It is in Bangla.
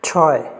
ছয়